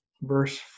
Verse